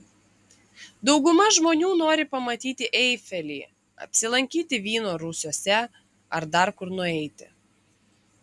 dauguma žmonių nori pamatyti eifelį apsilankyti vyno rūsiuose ar dar kur nueiti